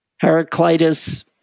Heraclitus